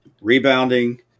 rebounding